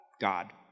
God